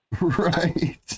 Right